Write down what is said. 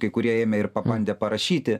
kai kurie ėmė ir pabandė parašyti